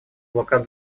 блокада